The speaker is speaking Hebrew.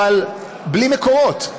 אבל בלי מקורות,